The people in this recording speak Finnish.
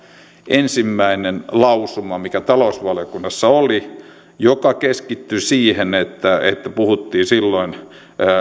ensimmäisen lausuman mikä talousvaliokunnassa oli joka keskittyi siihen että puhuttiin